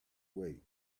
wait